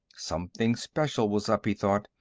something special was up, he thought,